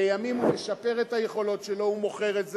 לימים הוא משפר את היכולות שלו, הוא מוכר את זה,